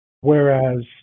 Whereas-